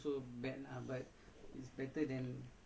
having nothing right ya